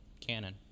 Canon